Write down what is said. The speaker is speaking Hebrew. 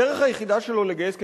הדרך היחידה שלו לגייס כסף,